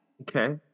okay